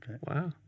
Wow